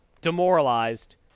demoralized